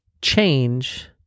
change